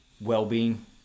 well-being